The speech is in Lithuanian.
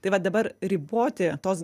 tai vat dabar riboti tos